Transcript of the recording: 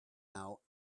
out